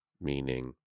meaning